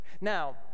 Now